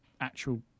actual